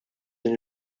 din